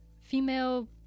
female